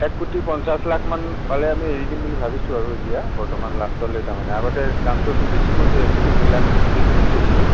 এক কোটি পঞ্চাছ লাখ মান পালে আমি এৰি দিম বুলি ভাবিছোঁ আৰু এতিয়া বৰ্তমান লাষ্টলৈ তাৰমানে আগতে দামটো আমি বেছি কৈ ধৰি আছিলোঁ দুই লাখ দুই কোটি কৈছিলোঁ